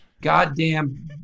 goddamn